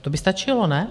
To by stačilo, ne?